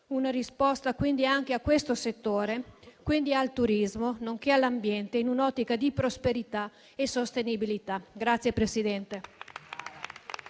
una risposta anche a questo settore e, quindi, al turismo nonché all'ambiente, in un'ottica di prosperità e sostenibilità.